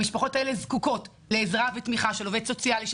המשפחות הללו זקוקות לעזרה ותמיכה של עובד סוציאלי,